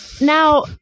Now